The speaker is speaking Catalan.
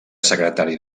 secretari